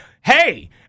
hey